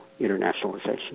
internationalization